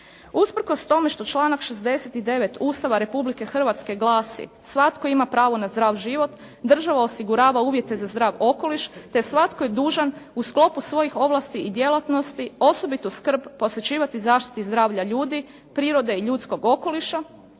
Usprkos tome što članak 69. Ustava Republike Hrvatske glasi svatko ima pravo na zdrav život, država osigurava uvjete za zdrav okoliš, te svatko je dužan u sklopu svojih ovlasti i djelatnosti osobitu skrb posvećivati zaštiti zdravlja ljudi, prirode i ljudskog okoliša